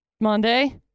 Monday